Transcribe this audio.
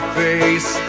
face